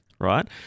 right